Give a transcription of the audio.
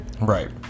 Right